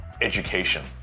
education